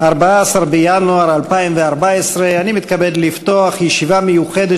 14 בינואר 2014. אני מתכבד לפתוח ישיבה מיוחדת